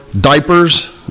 Diapers